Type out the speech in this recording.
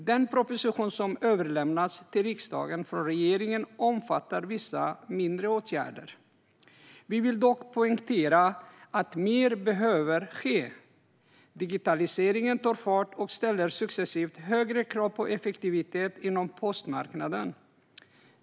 Den proposition som överlämnats till riksdagen från regeringen omfattar vissa mindre åtgärder. Vi vill dock poängtera att mer behöver ske. Digitaliseringen tar fart och ställer successivt högre krav på effektivitet inom postmarknaden.